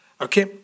Okay